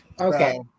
Okay